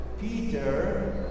Peter